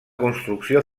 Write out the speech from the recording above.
construcció